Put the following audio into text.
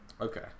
Okay